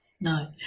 No